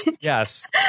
Yes